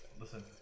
listen